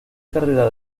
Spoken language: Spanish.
carrera